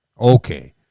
okay